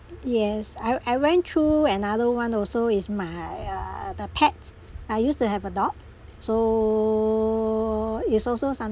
yes I I went through another one also is my ah the pets I used to have a dog so is also